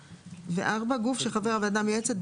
(4) גוף שחבר הוועדה המייעצת,